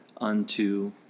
unto